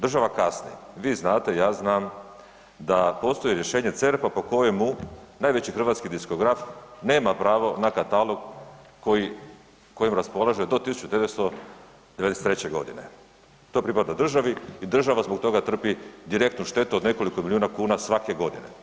Država kasni, vi znate, ja znam, da postoji rješenje CERP-a po kojemu najveći hrvatski diskograf nema pravo na katalog kojim raspolaže do 1993. g., to pripada državi i država zbog toga trpi direktnu štetu od nekoliko milijuna kuna svake godine.